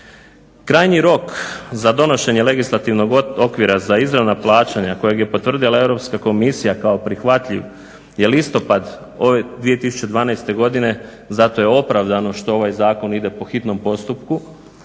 Krajnji rok za donošenje legislativnog okvira za izravna plaćanja kojeg je potvrdila Europska komisija kao prihvatljiv je listopad ove 2012. godine. zato je opravdano što ovaj zakon ide po hitnom postupku,